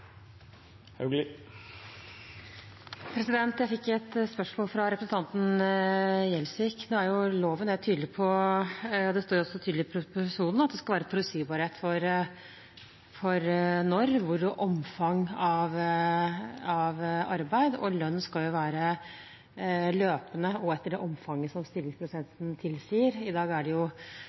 loven helt tydelig på – og det står jo også tydelig i proposisjonen – at det skal være forutsigbarhet for når og hvor det skal arbeides, og omfanget av arbeid, og lønnen skal være løpende og etter det omfanget som stillingsprosenten tilsier. I dag er det